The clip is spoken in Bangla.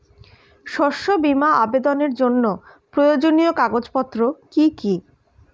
শস্য বীমা আবেদনের জন্য প্রয়োজনীয় কাগজপত্র কি কি?